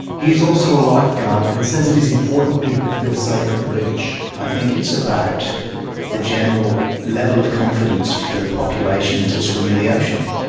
he is also a lifeguard and says it is important people feel safe at the beach. i think it's about the general level of confidence for the population to swim in the ocean.